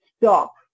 Stop